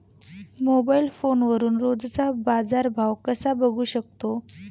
Mobile फोनवरून रोजचा बाजारभाव कसा बघू शकतो?